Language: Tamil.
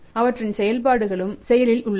அவற்றின் செயல்பாடுகளும் செயலில் உள்ளன